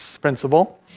principle